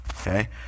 Okay